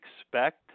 expect